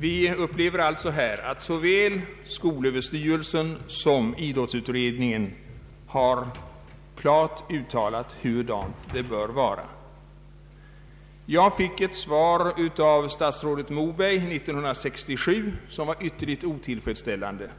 Vi upplever alltså här att såväl skolöverstyrelsen som idrottsutredningen har klart uttalat sig i frågan. Jag fick ett svar av statsrådet Moberg 1967, som var ytterligt otillfredsställande.